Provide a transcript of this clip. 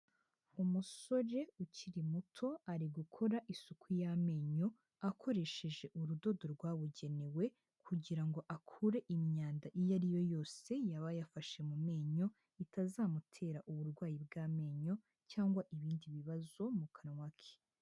Umusore ukiri muto ari gukora isuku y'amenyo, akoresheje urudodo rwabugenewe kugira ngo akure imyanda iyo ari yo yose yaba yafashe mu menyo itazamutera uburwayi bw'amenyo cyangwa ibindi bibazo mu kanwa ke.